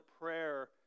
prayer